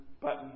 button